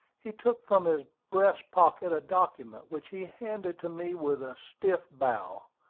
he took from his breast-pocket a document, which he handed to me with a stiff bow.